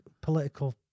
political